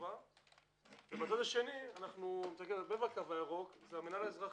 מהצד השני, זה המינהל האזרחי,